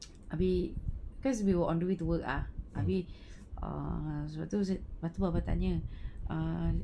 habis cause we were on the way to work ah tapi err sebab tu mak mertua tanya err